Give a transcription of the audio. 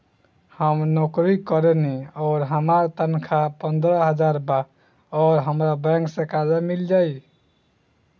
हम नौकरी करेनी आउर हमार तनख़ाह पंद्रह हज़ार बा और हमरा बैंक से कर्जा मिल जायी?